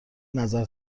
نظر